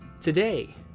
Today